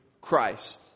Christ